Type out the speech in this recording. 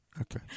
Okay